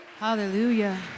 Hallelujah